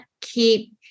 keep